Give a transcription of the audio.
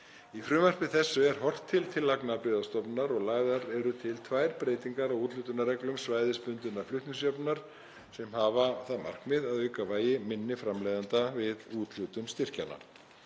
Í frumvarpi þessu er horft til tillagna Byggðastofnunar og lagðar eru til tvær breytingar á úthlutunarreglum svæðisbundinnar flutningsjöfnunar sem hafa það markmið að auka vægi minni framleiðenda við úthlutun styrkjanna.